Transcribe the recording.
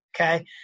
Okay